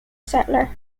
settler